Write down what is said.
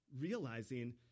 realizing